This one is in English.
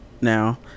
now